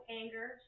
anger